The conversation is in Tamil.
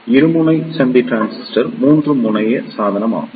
எனவே இருமுனை சந்தி டிரான்சிஸ்டர் 3 முனைய சாதனம் ஆகும்